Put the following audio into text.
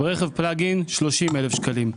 ורכב פלאג-אין 30 אלף שקלים.